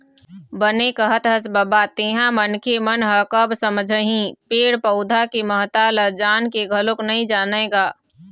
बने कहत हस बबा तेंहा मनखे मन ह कब समझही पेड़ पउधा के महत्ता ल जान के घलोक नइ जानय गा